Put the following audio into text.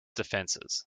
defenses